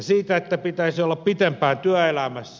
siitä että pitäisi olla pitempään työelämässä